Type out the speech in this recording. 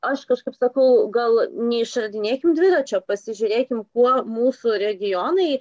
aš kažkaip sakau gal neišradinėkim dviračio pasižiūrėkim kuo mūsų regionai